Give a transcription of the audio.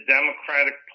Democratic